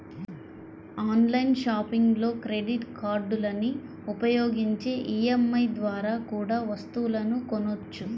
online షాపింగ్లో credit కార్డులని ఉపయోగించి ఈ.ఎం.ఐ ద్వారా కూడా వస్తువులను కొనొచ్చు